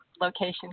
location